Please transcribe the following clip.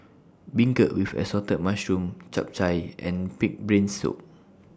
Beancurd with Assorted Mushrooms Chap Chai and Pig'S Brain Soup